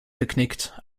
geknickt